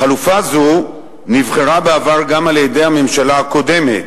חלופה זו נבחרה בעבר גם על-ידי הממשלה הקודמת,